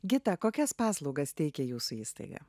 gita kokias paslaugas teikia jūsų įstaiga